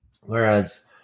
Whereas